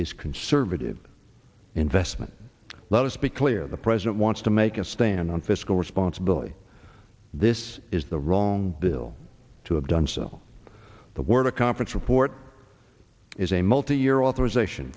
is conservative investment let us be clear the president wants to make a stand fiscal responsibility this is the wrong bill to have done so the word a conference report is a multi year authorization